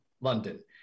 London